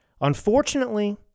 unfortunately